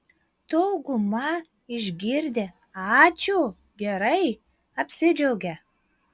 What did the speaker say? dauguma išgirdę ačiū gerai apsidžiaugia